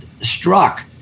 struck